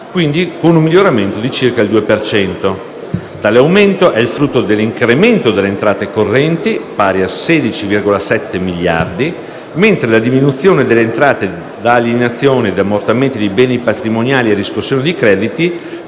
euro, che rappresenta circa il 2 per cento). Tale aumento è il frutto dell'incremento delle entrate correnti, pari a 16,7 miliardi, mentre la diminuzione delle entrate di alienazione e ammortamento di beni patrimoniali e riscossione crediti,